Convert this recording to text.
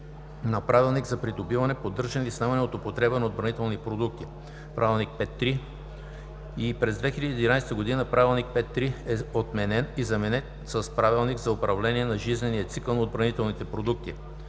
на „Правилник за придобиване, поддържане и снемане от употреба на отбранителни продукти“ № П-3. През 2011 г. правилник П-3 е отменен и заменен с „Правилник за управление на жизнения цикъл на отбранителните продукти“